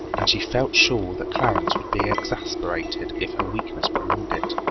and she felt sure that clarence would be exasperated if her weakness prolonged it.